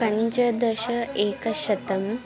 पञ्चदश एकशतम्